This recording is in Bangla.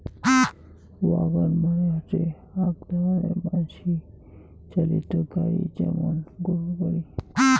ওয়াগন মানে হসে আক রকমের মানসি চালিত গাড়ি যেমন গরুর গাড়ি